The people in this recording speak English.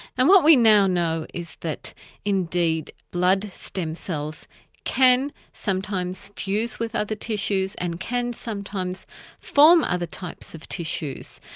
and what we now know is that indeed, blood stem cells can sometimes fuse with other tissues and can sometimes form other types of tissues,